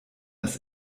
das